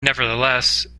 nevertheless